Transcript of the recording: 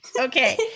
Okay